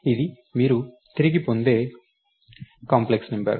ఇది మీరు తిరిగి పొందే కాంప్లెక్స్ నంబర్